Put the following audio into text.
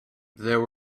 there